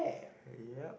yup